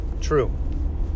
True